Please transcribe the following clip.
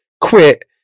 quit